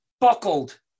buckled